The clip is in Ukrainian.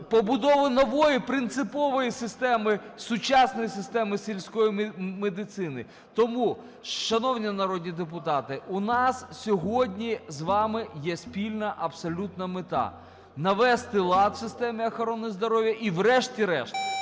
побудови нової принципової системи, сучасної системи сільської медицини. Тому, шановні народні депутати, у нас сьогодні з вами є спільна абсолютно мета – навести лад в системі охорони здоров'я і врешті-решт